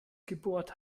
gebohrt